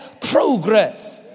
progress